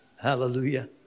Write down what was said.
Hallelujah